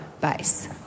base